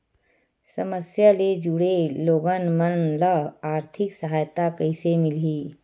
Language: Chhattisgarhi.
समस्या ले जुड़े लोगन मन ल आर्थिक सहायता कइसे मिलही?